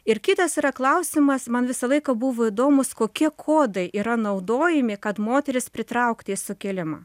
ir kitas yra klausimas man visą laiką buvo įdomūs kokie kodai yra naudojami kad moteris pritraukti į sukilimą